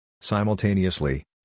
Simultaneously